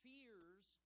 Fears